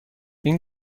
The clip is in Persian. این